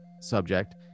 subject